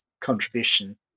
contribution